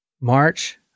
March